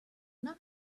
not